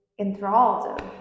enthralled